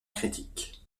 critique